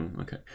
okay